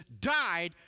died